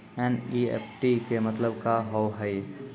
NEFT के मतलब का होव हेय?